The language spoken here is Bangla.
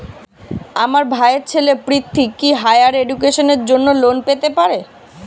আমার ভাইয়ের ছেলে পৃথ্বী, কি হাইয়ার এডুকেশনের জন্য লোন পেতে পারে?